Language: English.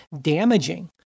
damaging